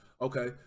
Okay